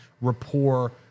rapport